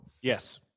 yes